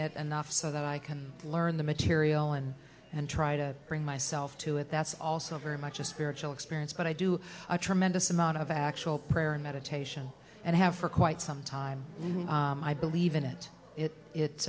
off so that i can learn the material and and try to bring myself to it that's also very much a spiritual experience but i do a tremendous amount of actual prayer and meditation and have for quite some time i believe in it it it